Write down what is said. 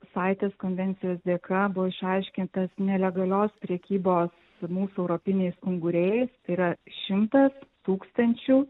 saitis konvencijos dėka buvo išaiškintas nelegalios prekybos su mūsų europiniais unguriais tai yra šimtas tūkstančių